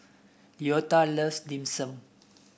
Leota loves Dim Sum